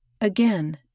Again